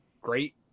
great